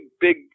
big